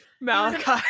Malachi